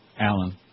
Alan